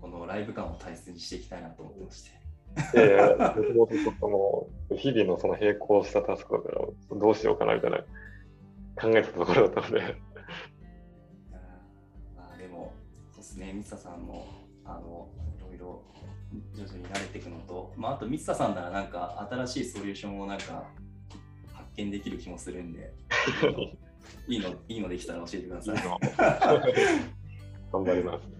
このライブ感を大切にしていきたいなと思ってまして。いやいや、僕もちょっともう日々のその並行したタスクだから、どうしようかなみたいな考えたところだったので。いやー、まあでも、そうっすね。ミツタさんも、あの、いろいろ徐々に慣れていくのと。まああとミツタさんならなんか新しいソリューションをなんか発見できる気もするんで。 いいの、いいのできたら教えてください。いいの。 頑張ります。